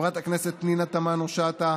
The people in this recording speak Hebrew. חברת הכנסת פנינה תמנו-שטה,